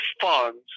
funds